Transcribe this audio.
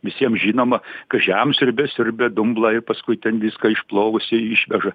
visiems žinoma kai žemsiurbė siurbia dumblą paskui ten viską išplovusi išveža